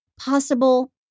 possible